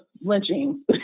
lynching